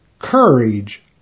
courage